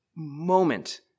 moment